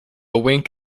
wink